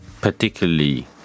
particularly